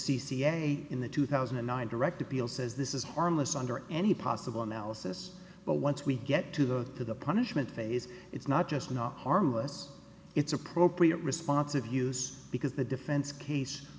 in the two thousand and nine direct appeal says this is harmless under any possible analysis but once we get to the to the punishment phase it's not just not harmless it's appropriate response of use because the defense case